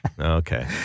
Okay